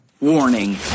Warning